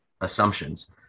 assumptions